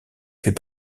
fait